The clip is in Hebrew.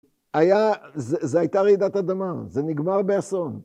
‫זה הייתה רעידת אדמה, ‫זה נגמר באסון.